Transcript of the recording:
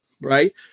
Right